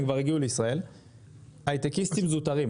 הם כבר הגיעו לישראל הייטקיסטים זוטרים.